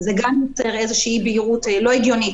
זה גם יוצר איזושהי אי בהירות לא הגיונית.